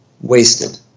wasted